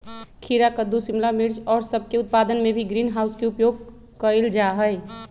खीरा कद्दू शिमला मिर्च और सब के उत्पादन में भी ग्रीन हाउस के उपयोग कइल जाहई